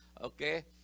okay